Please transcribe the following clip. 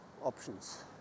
options